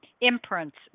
imprints